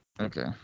Okay